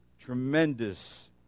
tremendous